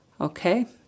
okay